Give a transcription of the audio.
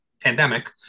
pandemic